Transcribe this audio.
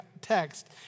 text